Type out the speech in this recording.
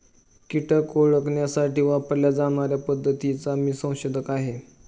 कीटक ओळखण्यासाठी वापरल्या जाणार्या पद्धतीचा मी संशोधक आहे